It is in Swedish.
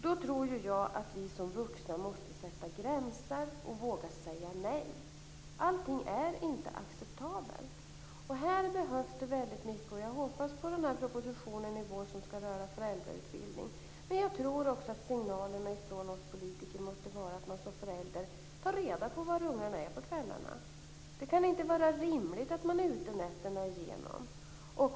Då tror jag att vi som vuxna måste sätta gränser och våga säga nej. Allting är inte acceptabelt. På den här punkten behövs det väldigt mycket, och jag hoppas på den proposition i vår som skall beröra föräldrautbildning. Men jag tror också att signalerna från oss politiker måste vara att man som förälder tar reda på var ungarna är på kvällarna. Det kan inte vara rimligt att de är ute nätterna igenom.